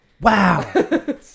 Wow